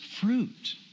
fruit